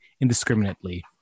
indiscriminately